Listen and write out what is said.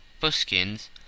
buskins